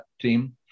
team